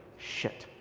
shit.